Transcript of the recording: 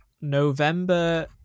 November